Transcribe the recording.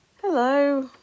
hello